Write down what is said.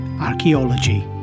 archaeology